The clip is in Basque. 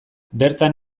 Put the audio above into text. bertan